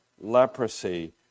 leprosy